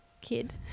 kid